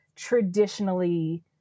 traditionally